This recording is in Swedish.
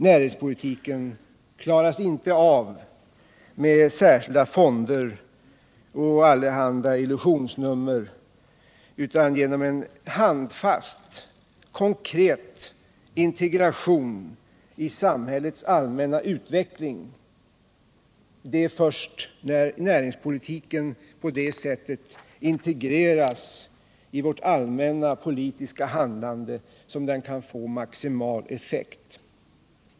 Näringspolitiken klaras inte med särskilda fonder och allehanda illusionsnummer utan genom en handfast och konkret integration i samhällets allmänna utveckling. Det är först när näringspolitiken på det sättet integreras i vårt allmänna politiska handlande som den kan få maximal effekt.